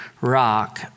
rock